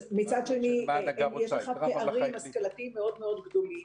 מצד שני, יש לך פערים השכלתיים מאוד-מאוד גדולים,